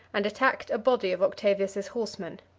and attacked a body of octavius's horsemen.